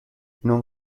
non